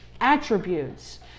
attributes